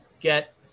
get